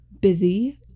busy